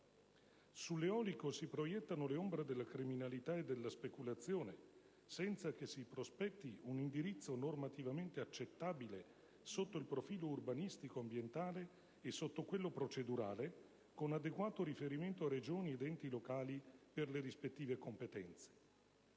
Sull'eolico si proiettano le ombre della criminalità e della speculazione, senza che si prospetti un indirizzo normativamente accettabile sotto il profilo urbanistico-ambientale e sotto quello procedurale, con adeguato riferimento a Regioni ed enti locali per le rispettive competenze.